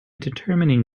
determining